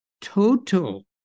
total